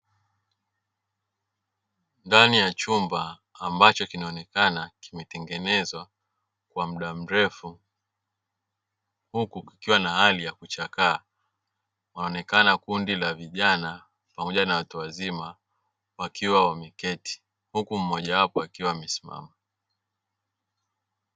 Ndani ya chumba ambacho kinaonekana kutengenezwa kwa muda mrefu huku kukiwa na hali ya kuchakaa, wanaonekana kundi la vijana na watu wazima pamoja na vijana wakiwa wameketi huku mmoja wao akiwa amesimama.